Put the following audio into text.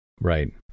Right